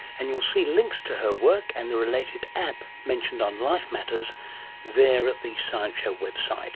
and you'll see links to her work and the related app mentioned on life matters there at the science show website